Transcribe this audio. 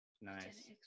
Nice